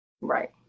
Right